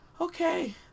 Okay